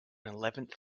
eleventh